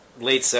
late